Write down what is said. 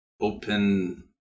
open